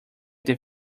that